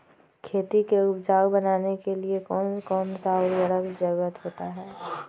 खेती को उपजाऊ बनाने के लिए कौन कौन सा उर्वरक जरुरत होता हैं?